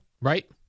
Right